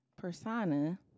persona